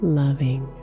loving